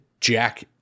Jack